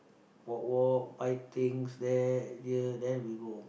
walk walk buy things there here then we go